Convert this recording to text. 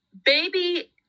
Baby